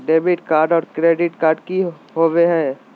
Debit card और credit card की होवे हय?